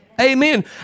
Amen